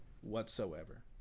whatsoever